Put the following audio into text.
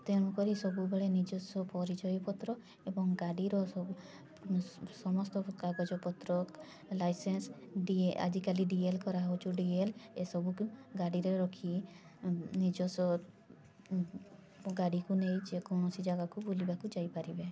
ତେଣୁକରି ସବୁବେଳେ ନିଜସ୍ଵ ପରିଚୟପତ୍ର ଏବଂ ଗାଡ଼ିର ସବୁ ସମସ୍ତ କାଗଜପତ୍ର ଲାଇସେନ୍ସ ଡି ଆଜିକାଲି ଡି ଏଲ୍ କରାହେଉଛି ଡି ଏଲ୍ ଏ ସବୁକୁ ଗାଡ଼ିରେ ରଖି ନିଜସ୍ଵ ଗାଡ଼ିକୁ ନେଇ ଯେକୌଣସି ଜାଗାକୁ ବୁଲିବାକୁ ଯାଇପାରିବେ